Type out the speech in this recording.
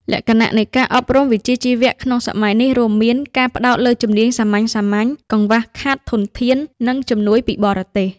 លក្ខណៈនៃការអប់រំវិជ្ជាជីវៈក្នុងសម័យនេះរួមមាន ការផ្តោតលើជំនាញសាមញ្ញៗ កង្វះខាតធនធាន និងជំនួយពីបរទេស។